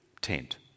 tent